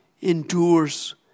endures